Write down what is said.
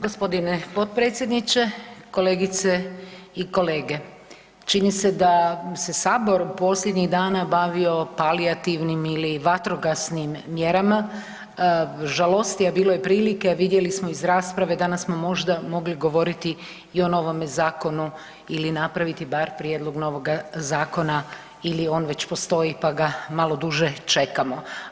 Gospodine potpredsjedniče, kolegice i kolege, čini se da se sabor posljednjih dana bavio palijativnim ili vatrogasnim mjerama, žalosti a bilo je prilike vidjeli smo iz rasprave danas smo možda mogli govoriti i o novome zakonu ili napraviti bar prijedlog novoga zakona ili on već postoji pa ga malo duže čekamo.